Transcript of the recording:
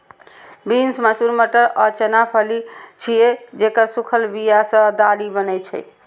beans, मसूर, मटर आ चना फली छियै, जेकर सूखल बिया सं दालि बनै छै